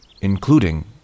including